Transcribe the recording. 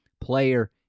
player